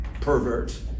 perverts